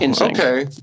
Okay